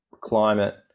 climate